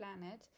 planet